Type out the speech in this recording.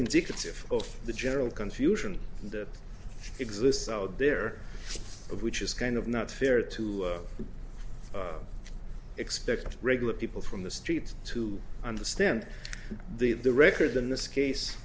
indicative of the general confusion that exists out there of which is kind of not fair to expect regular people from the streets to understand the the record in this case